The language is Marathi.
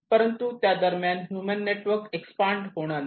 परंतु त्या दरम्यान ह्युमन नेटवर्क एक्सपांड होणार नाही